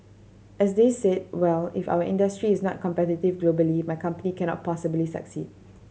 as they said well if our industry is not competitive globally my company cannot possibly succeed